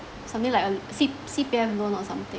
something like a l~ C_P~ C_P_F loan or something